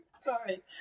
sorry